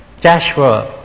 Joshua